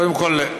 קודם כול,